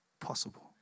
possible